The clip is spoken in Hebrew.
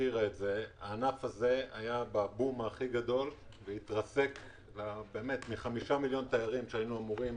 הענף הזה היה בבום הכי גדול והתרסק מ-5 מיליון תיירים שהיו אמורים